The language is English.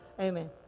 amen